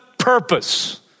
Purpose